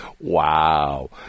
wow